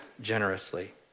generously